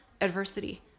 adversity